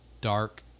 dark